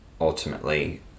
ultimately